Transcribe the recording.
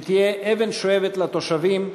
שתהיה אבן שואבת לתושבים,